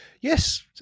Yes